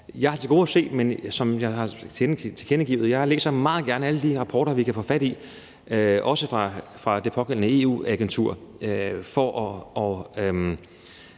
jeg har tilkendegivet, læser jeg meget gerne alle de rapporter, vi kan få fat i – også fra det pågældende EU-agentur